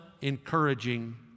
encouraging